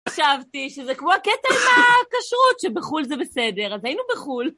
חשבתי שזה כמו הקטע עם הכשרות שבחול זה בסדר, אז היינו בחול.